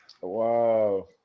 Wow